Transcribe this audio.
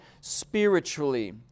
spiritually